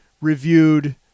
reviewed